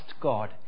God